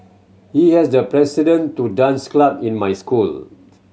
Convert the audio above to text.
he has the president to dance club in my school